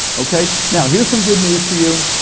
okay, now here's some good news for you,